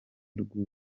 rw’u